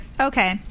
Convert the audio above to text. okay